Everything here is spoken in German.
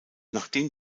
nachdem